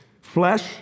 Flesh